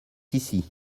ici